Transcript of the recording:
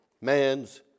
man's